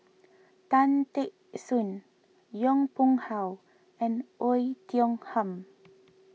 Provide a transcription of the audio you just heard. Tan Teck Soon Yong Pung How and Oei Tiong Ham